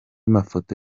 mafoto